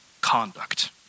conduct